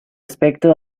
aspecto